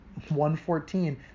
1.14